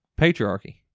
Patriarchy